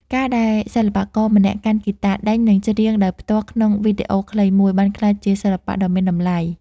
ការដែលសិល្បករម្នាក់កាន់ហ្គីតាដេញ និងច្រៀងដោយផ្ទាល់ក្នុងវីដេអូខ្លីមួយ បានក្លាយជាសិល្បៈដ៏មានតម្លៃ។